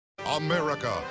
America